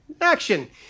action